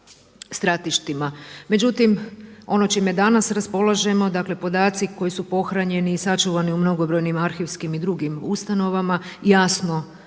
Međutim, onim čime danas raspolažemo, dakle podaci koji su pohranjeni i sačuvani u mnogobrojnim arhivskim i drugim ustanovama jasno i